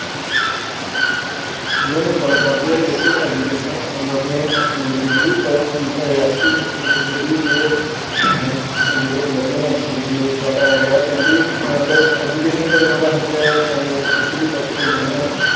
जि'यां गल्ल करचै local education and learning opportunity दी तां रेआसी डिस्ट्रिक विच जेह्ड़ी ए जेह्की लर्निंग आपर्चुनिटी तां है गै क्यूंकि अगर एजुकेशन दे बिना तां अज्ज दे टाइम बिच किश बी पासिबल नेईं ऐ